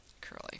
Curly